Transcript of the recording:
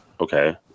okay